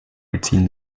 beziehen